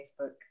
facebook